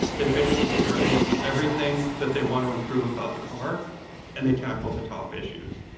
they basically rank everything that they want to improve about the car and they tackle the top issues.